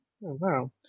wow